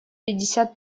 пятьдесят